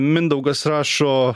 mindaugas rašo